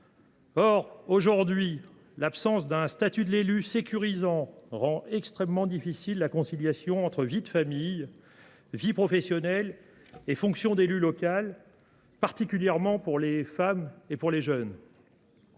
actuelle, l’absence d’un statut de l’élu sécurisant rend extrêmement difficile la conciliation entre vie de famille, vie professionnelle et fonction d’élu local, particulièrement pour les femmes et les jeunes.